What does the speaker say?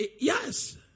yes